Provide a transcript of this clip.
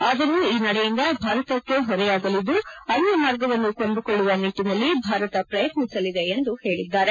ಆದರೂ ಈ ನಡೆಯಿಂದ ಭಾರತಕ್ಕೆ ಹೊರೆಯಾಗಲಿದ್ದು ಅನ್ಯ ಮಾರ್ಗವನ್ನು ಕಂಡುಕೊಳ್ಳುವ ನಿಟ್ಟನಲ್ಲಿ ಭಾರತ ಪ್ರಯತ್ನಿಸಲಿದೆ ಎಂದು ಹೇಳಿದ್ದಾರೆ